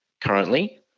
currently